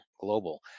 Global